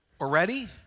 already